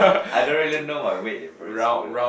I don't really my weight in primary school though